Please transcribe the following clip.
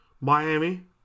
Miami